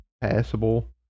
passable